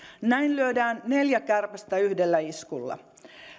näin lyödään neljä kärpästä yhdellä iskulla